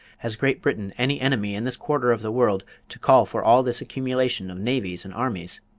has great britain any enemy in this quarter of the world, to call for all this accumulation of navies and armies?